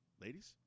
ladies